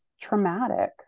traumatic